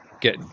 get